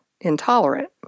intolerant